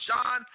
John